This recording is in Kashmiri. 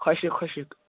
خوٚشٕک خوٚشٕک